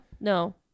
No